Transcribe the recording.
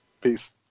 Peace